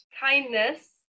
kindness